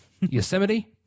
Yosemite